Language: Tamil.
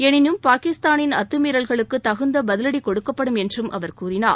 எனினும் பாகிஸ்தானின் அத்தமீறல்களுக்கு தகுந்த பதிலடி கொடுக்கப்படும் என்றும் அவர் கூறினார்